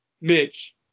Mitch